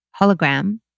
hologram